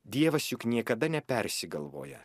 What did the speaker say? dievas juk niekada nepersigalvoja